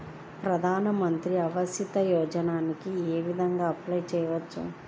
ప్రధాన మంత్రి ఆవాసయోజనకి ఏ విధంగా అప్లే చెయ్యవచ్చు?